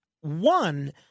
one